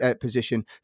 position